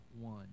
one